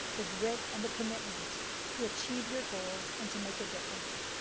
the grit, and the commitment to achieve your goals and to make a difference.